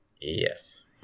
yes